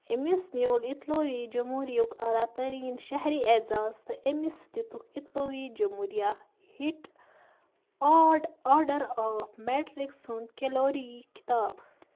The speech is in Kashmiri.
أمِس مِیوٗل اطالوی جمہوٗریُک اعلیٰ تٔریٖن شہری اعزاز تہٕ أمِس دِتُکھ اطالوی جمہوٗریہ ہِٹ آرڈ آرڈر آف میٚٹرِک سُنٛد کیولیئری خٕطاب